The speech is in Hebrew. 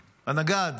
הנגד,